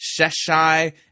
Sheshai